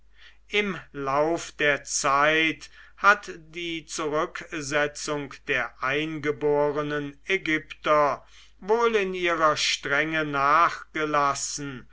im lauf der zeit hat die zurücksetzung der eingeborenen ägypter wohl in ihrer strenge nachgelassen